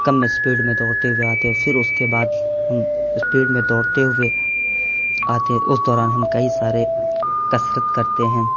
کم speed میں دوڑتے ہوئے آتے ہیں پھر اس کے بعد ہم اسپیڈ میں دوڑتے ہوئے آتے ہیں اس دوران ہم کئی سارے کسرت کرتے ہیں